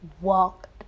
walk